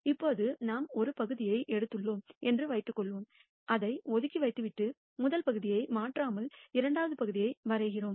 இப்போது நாம் ஒரு பகுதியை எடுத்துள்ளோம் என்று வைத்துக் கொள்வோம் அதை ஒதுக்கி வைத்துவிட்டு முதல் பகுதியை மாற்றாமல் இரண்டாவது பகுதியை வரைகிறோம்